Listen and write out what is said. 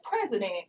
president